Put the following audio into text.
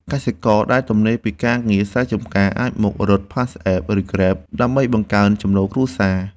កសិករដែលទំនេរពីការងារស្រែចម្ការ អាចមករត់ PassApp ឬ Grab ដើម្បីបង្កើនចំណូលគ្រួសារ។